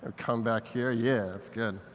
come back here. yeah, it's good.